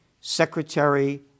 Secretary